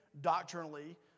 doctrinally